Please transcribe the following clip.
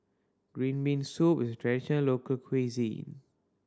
green bean soup is traditional local cuisine